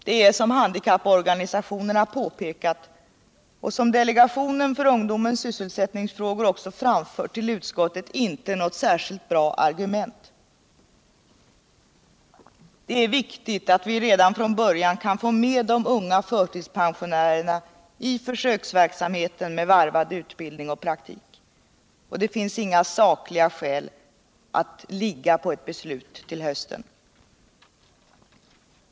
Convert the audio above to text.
Det är, som handikapporganisationerna påpekat och som delegationen för ungdomens sysselsättningsfrågor också framfört till utskottet, inte något särskilt bra argument. Det är viktigt att vi redan från början kan få med de unga förtidspensionärerna i försöksverksamheten med varvad utbildning och praktik. Det finns inga sakliga skäl för att ligga på ett beslut till hösten.